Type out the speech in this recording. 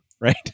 right